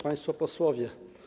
Państwo Posłowie!